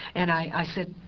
and i said,